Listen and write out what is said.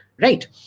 Right